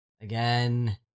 again